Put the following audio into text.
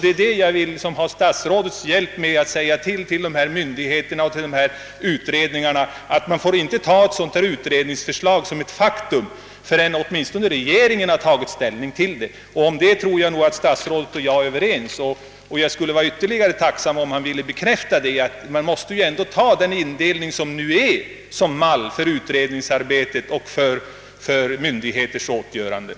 Det är därför jag vill ha statsrådets hjälp med att säga till myndigheterna och arbetande utredningar att man inte får betrakta utredningsförslaget som ett faktum förrän i varje fall regeringen har tagit ställning till det. Jag tror nog att statsrådet och jag är ense om detta, och jag skulle vara mycket tacksam om han ville bekräfta det. Man måste ju ändå ha den nuvarande indelningen som mall för utredningsarbetet och för myndigheters åtgöranden.